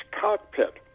cockpit